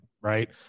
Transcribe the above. Right